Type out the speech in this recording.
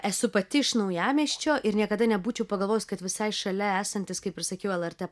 esu pati iš naujamiesčio ir niekada nebūčiau pagalvojus kad visai šalia esantis kaip ir sakiau lrt